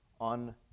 on